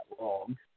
long